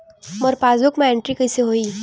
मोर passbook मा entry कइसे होही?